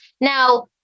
Now